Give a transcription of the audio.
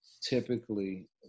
typically